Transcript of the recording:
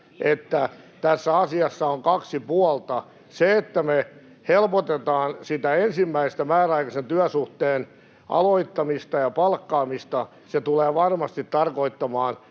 että tässä asiassa on kaksi puolta: se, että me helpotetaan sitä ensimmäisen määräaikaisen työsuhteen aloittamista ja työntekijän palkkaamista, ja se tulee varmasti tarkoittamaan,